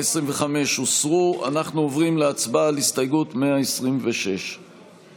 אני רוצה לאחל לך בהזדמנות זאת מקרב הלב,